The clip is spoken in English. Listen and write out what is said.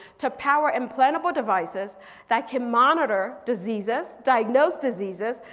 to power implantable devices that can monitor diseases, diagnosed diseases,